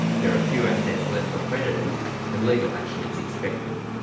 there are few assets left for creditors and legal action is expected.